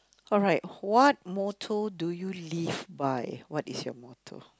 alright what motto do you live by what is your motto